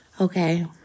Okay